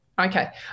Okay